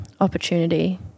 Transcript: opportunity